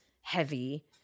heavy